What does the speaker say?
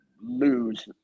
lose